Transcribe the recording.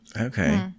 Okay